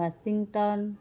Washington